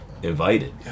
invited